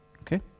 Okay